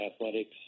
athletics